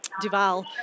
Duval